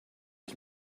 his